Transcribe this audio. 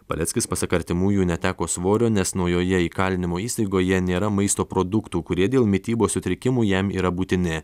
paleckis pasak artimųjų neteko svorio nes naujoje įkalinimo įstaigoje nėra maisto produktų kurie dėl mitybos sutrikimų jam yra būtini